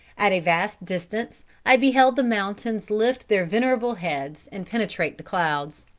at a vast distance i beheld the mountains lift their venerable heads and penetrate the clouds.